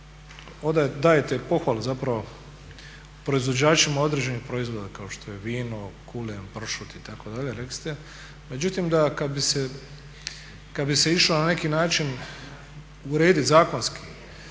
da dajete pohvalu zapravo proizvođačima određenih proizvoda kao što je vino, kulen, pršut itd. Rekli ste, međutim da kad bi se išao na neki način urediti zakonski